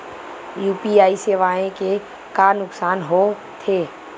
UPI सेवाएं के का नुकसान हो थे?